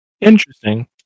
interesting